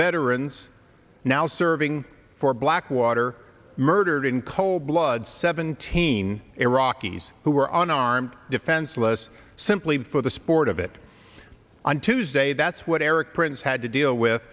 veterans now serving for blackwater murdered in cold blood seventeen iraqis who were unarmed defenseless simply for the sport of it on tuesday that's what erik prince had to deal with